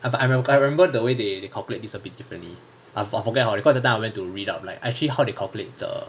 have I remember I remember the way they calculate is a little bit differently I forget cause that time I went to read up like actually how to calculate the